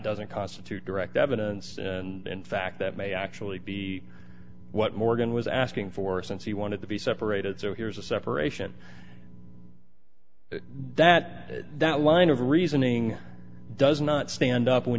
doesn't constitute direct evidence and fact that may actually be what morgan was asking for since he wanted to be separated so here is a separation that that line of reasoning does not stand up when